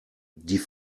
die